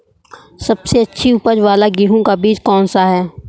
सबसे अच्छी उपज वाला गेहूँ का बीज कौन सा है?